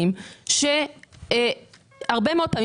שאביגיל הציגה קודם לכן.